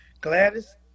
Gladys